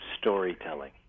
storytelling